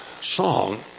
song